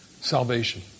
salvation